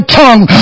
tongue